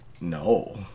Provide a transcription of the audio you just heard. No